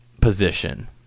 position